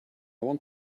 want